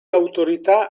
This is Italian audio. autorità